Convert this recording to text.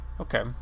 Okay